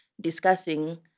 discussing